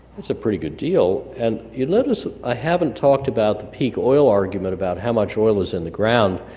that's a pretty good deal, and you'll notice i haven't talked about the peak oil argument about how much oil is in the ground.